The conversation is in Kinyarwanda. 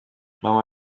mama